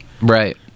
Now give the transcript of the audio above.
Right